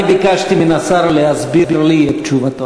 אני ביקשתי מהשר להסביר לי את תשובתו,